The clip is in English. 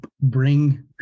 bring